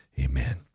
amen